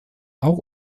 auch